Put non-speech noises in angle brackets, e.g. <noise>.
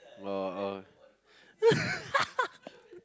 well uh <laughs>